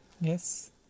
yes